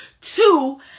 two